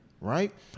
right